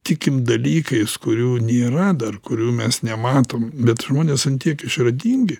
tikim dalykais kurių nėra dar kurių mes nematom bet žmonės tiek išradingi